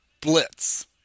Blitz